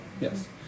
yes